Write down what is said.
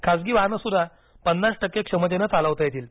खासगी वाहनंसुद्धा पन्नास टक्के क्षमतेनं चालवता येतील